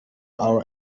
our